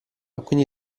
quindi